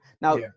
now